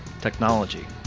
technology